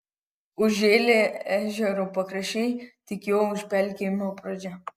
užžėlę ežero pakraščiai tik jo užpelkėjimo pradžia